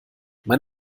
mein